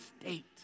state